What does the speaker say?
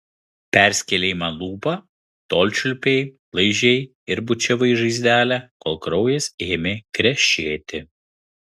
perskėlei man lūpą tol čiulpei laižei ir bučiavai žaizdelę kol kraujas ėmė krešėti